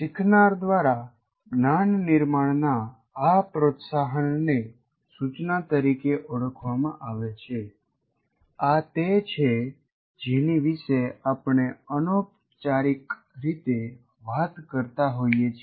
શીખનાર દ્વારા જ્ઞાન નિર્માણના આ પ્રોત્સાહનને સૂચના તરીકે ઓળખવામાં આવે છે આ તે છે જેની વિશે આપણે અનૌપચારિક રીતે વાત કરતા હોઈએ છીએ